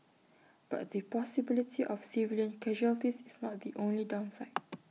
but the possibility of civilian casualties is not the only downside